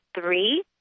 three